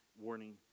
warning